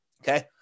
Okay